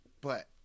but-